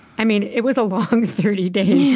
i mean, it was a long thirty days,